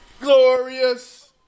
Glorious